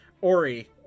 Ori